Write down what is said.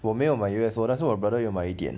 我没有买 U_S_O 但是我 brother 有买一点